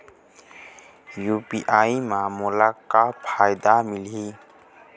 UPI म मोला का फायदा मिलही?